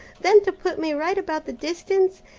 then to put me right about the distance,